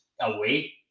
away